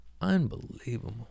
unbelievable